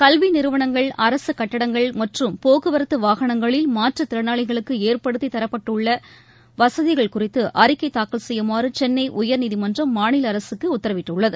கல்வி போக்குவரத்த நிறுவனங்கள் அரசு கட்படங்கள் மற்றும் வாகனங்களில் மாற்றுத்திறனாளிகளுக்கு ஏற்படுத்தி தரப்பட்டுள்ள வசதிகள் குறித்து அறிக்கை தாக்கல் செய்யுமாறு சென்னை உயர்நீதிமன்றம் மாநில அரசுக்கு உத்தரவிட்டுள்ளது